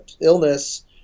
illness